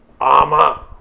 armor